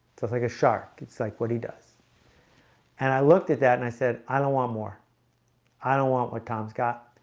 like a shark it's like what he does and i looked at that and i said i don't want more i don't want what tom's got.